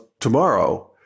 tomorrow